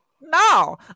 no